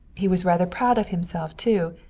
he was rather proud of himself too.